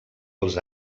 els